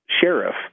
sheriff